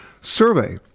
survey